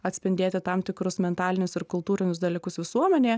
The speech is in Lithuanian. atspindėti tam tikrus mentalinius ir kultūrinius dalykus visuomenėje